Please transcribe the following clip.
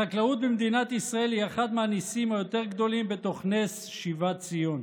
החקלאות במדינת ישראל היא אחד מהניסים היותר-גדולים בתוך נס שיבת ציון.